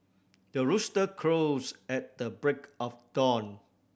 the rooster crows at the break of dawn